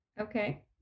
Okay